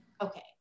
okay